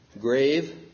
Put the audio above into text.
grave